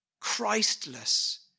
Christless